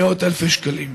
מאות אלפי שקלים.